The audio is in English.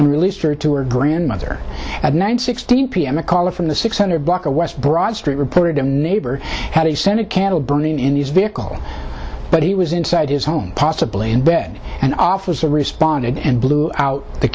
and released her to her grandmother at nine sixteen p m a caller from the six hundred block of west broad street reported a neighbor had a senate candle burning in his vehicle but he was inside his home possibly in bed and officer responded and blew out the